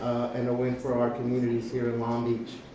and a win for our communities here in long beach.